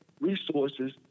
resources